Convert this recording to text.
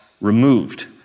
removed